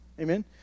Amen